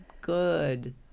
good